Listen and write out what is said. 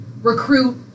recruit